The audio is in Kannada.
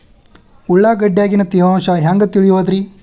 ಉಳ್ಳಾಗಡ್ಯಾಗಿನ ತೇವಾಂಶ ಹ್ಯಾಂಗ್ ತಿಳಿಯೋದ್ರೇ?